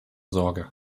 sorge